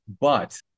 but-